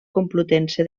complutense